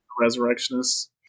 Resurrectionists